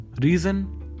Reason